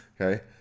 Okay